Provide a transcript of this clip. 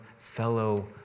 fellow